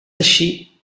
així